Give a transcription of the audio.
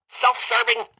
self-serving